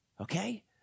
okay